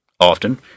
Often